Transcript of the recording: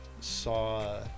saw